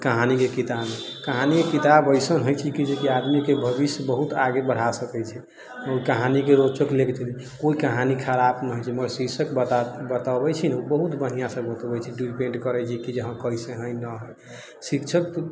ई कहानीके किताब अइसन हइ छै जेकि आदमीके भविष्य बहुत आगे बढ़ा सकै छै ओहि कहानीके रोचक कोइ कहानी खराब नहि होइ छै मगर शीर्षक बताबै छै ने बहुत बढ़िआँसँ बतबै छै डिबेट करै छै कि हँ कइसे हइ नहि हइ शिक्षक